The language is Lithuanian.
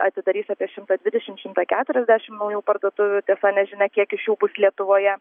atidarys apie šimtą dvidešim šimtą keturiasdešim naujų parduotuvių tiesa nežinia kiek iš jų bus lietuvoje